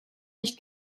nicht